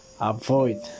avoid